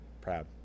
proud